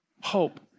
Hope